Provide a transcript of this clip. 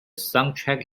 soundtrack